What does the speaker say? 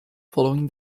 following